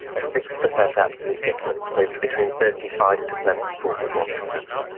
a six percent absolute difference, so between thirty five percent and forty one percent,